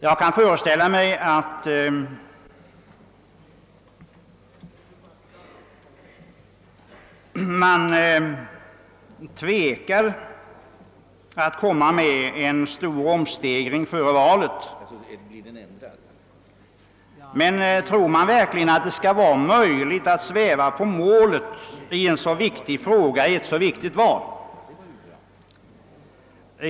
Jag kan föreställa mig att sociademokraterna tvekar inför en kraftig stegring av omsättningsskatten före valet, men tror de verkligen att det skall vara möjligt att sväva på målet i en så viktig fråga och i ett så viktigt val?